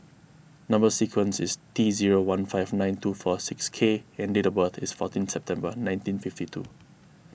Number Sequence is T zero one five nine two four six K and date of birth is fourteen September nineteen fifty two